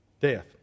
death